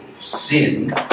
sin